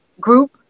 group